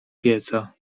pieca